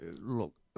look